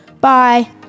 Bye